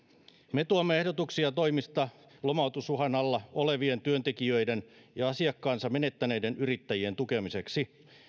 me tuomme ehdotuksia toimista lomautusuhan alla olevien työntekijöiden ja asiakkaansa menettäneiden yrittäjien tukemiseksi